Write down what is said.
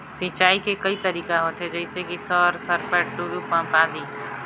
सिंचाई के कई तरीका होथे? जैसे कि सर सरपैट, टुलु पंप, आदि?